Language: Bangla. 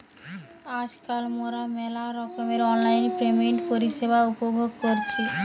আজকাল মোরা মেলা রকমের অনলাইন পেমেন্টের পরিষেবা উপভোগ করতেছি